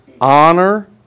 honor